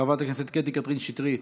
חברת הכנסת קטי קטרין שטרית,